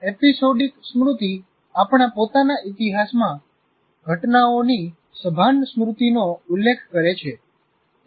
episodic સ્મૃતિ આપણા પોતાના ઇતિહાસમાં ઘટનાઓની સભાન સ્મૃતિનો ઉલ્લેખ કરે છે